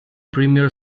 premier